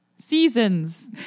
Seasons